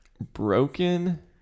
Broken